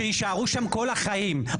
שיישארו שם כל החיים.